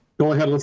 go ahead.